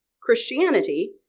Christianity